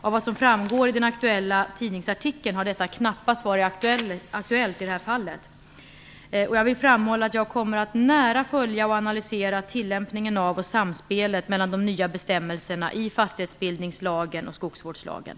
Av vad som framgår i den aktuella tidningsartikeln har detta knappast varit aktuellt i det här fallet. Jag vill framhålla att jag kommer att nära följa och analysera tillämpningen av och samspelet mellan de nya bestämmelserna i fastighetsbildningslagen och skogsvårdslagen.